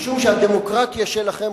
משום שהדמוקרטיה שלכם,